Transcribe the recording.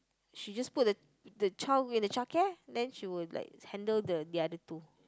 she just put the the child in the childcare then she will just handle the other two